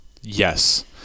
yes